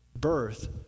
birth